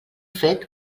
fet